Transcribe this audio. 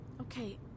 Okay